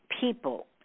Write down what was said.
people